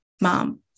mom